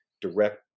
direct